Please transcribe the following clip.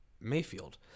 Mayfield